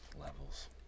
Levels